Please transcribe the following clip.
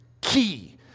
key